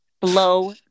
blow